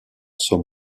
some